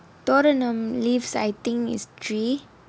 thoranam leaves I think is three